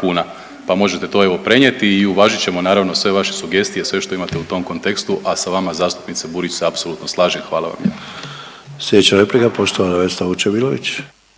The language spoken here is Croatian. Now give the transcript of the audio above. kuna, pa možete to evo prenijeti i uvažit ćemo naravno sve vaše sugestije i sve što imate u tom kontekstu, a sa vama zastupnice Burić se apsolutno slažem, hvala vam lijepa. **Sanader, Ante